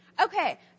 Okay